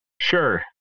Sure